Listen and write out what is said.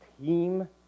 team